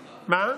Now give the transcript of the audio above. שמחה.